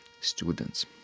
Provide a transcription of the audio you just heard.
students